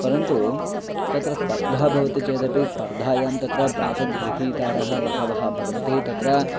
परन्तु तत्र स्पर्धा भवति चेदपि स्पर्धायां तत्र भागगृहीतारः बहवः भवन्ति तत्र